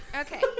Okay